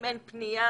האם אין פנייה